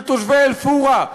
של תושבי אל-פורעה,